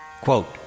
quote